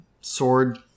sword